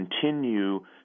continue